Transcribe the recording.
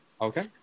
Okay